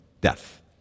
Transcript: death